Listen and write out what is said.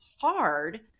hard